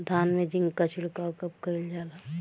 धान में जिंक क छिड़काव कब कइल जाला?